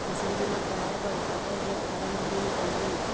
फसल बीमा कराए बर काकर जग फारम भरेले पड़ही?